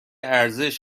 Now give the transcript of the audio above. ارزش